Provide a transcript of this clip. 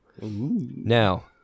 Now